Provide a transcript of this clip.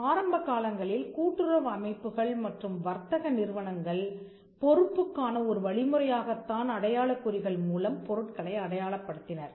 ஆரம்பகாலங்களில் கூட்டுறவு அமைப்புகள் மற்றும் வர்த்தக நிறுவனங்கள் பொறுப்புக்கான ஒரு வழிமுறையாகத் தான் அடையாளக் குறிகள் மூலம் பொருட்களை அடையாளப்படுத்தினர்